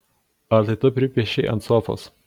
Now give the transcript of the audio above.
ar tai tu pripiešei ant sofos